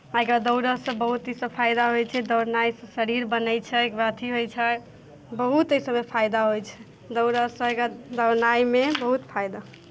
एहिके बाद दौड़यसँ बहुत ही फायदा होइत छै दौड़नाइ शरीर बनैत छै अथि होइत छै बहुत एहि सभमे फायदा होइत छै दौड़यसँ अगर दौड़नाइमे बहुत फायदा